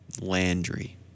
Landry